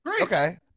Okay